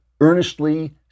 earnestly